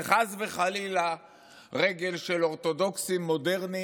שחס וחלילה רגל של אורתודוקסי מודרני